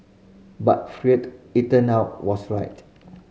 but Freud it turned out was right